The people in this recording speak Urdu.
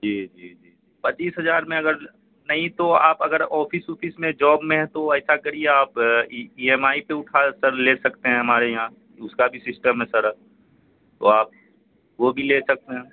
جی جی جی جی پچیس ہزار میں اگر نہیں تو آپ اگر آپھس اوپھس میں جاب میں ہیں تو ایسا کریے آپ ای ایم آئی پہ اٹھا کر لے سکتے ہیں ہمارے یہاں اس کا بھی سسٹم ہے سڑ تو آپ وہ بھی لے سکتے ہیں